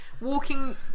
walking